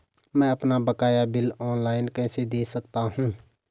मैं अपना बकाया बिल ऑनलाइन कैसे दें सकता हूँ?